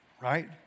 Right